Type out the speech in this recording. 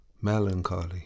melancholy